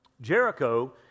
Jericho